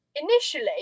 Initially